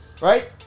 right